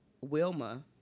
Wilma